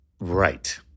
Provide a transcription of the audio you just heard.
Right